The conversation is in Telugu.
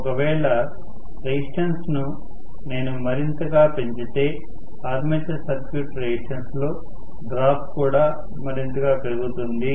ఒకవేళ రెసిస్టెన్స్ ను నేను మరింతగా పెంచితే ఆర్మేచర్ సర్క్యూట్ రెసిస్టెన్స్ లో డ్రాప్ కూడా మరింతగా పెరుగుతుంది